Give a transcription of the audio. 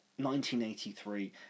1983